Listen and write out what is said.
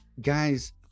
Guys